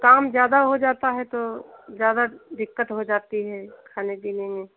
काम ज़्यादा हो जाता है तो ज़्यादा दिक़्क़त हो जाती है खाने पीने में